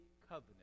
covenant